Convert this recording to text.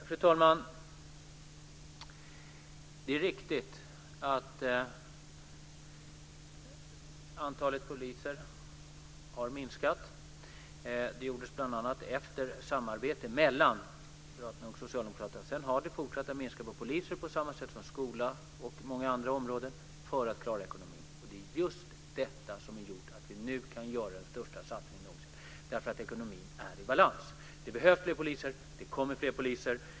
Fru talman! Det är riktigt att antalet poliser har minskat. Det gjordes bl.a. efter samarbete mellan Moderaterna och Socialdemokraterna. Sedan har antalet poliser fortsatt att minska, på samma sätt som det har skett en minskning på skolans område och många andra områden för att man ska klara ekonomin. Det är just det som har gjort att vi nu kan göra den största satsningen någonsin - ekonomin är i balans. Det behövs fler poliser. Det kommer fler poliser.